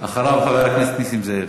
אחריו, חבר הכנסת נסים זאב.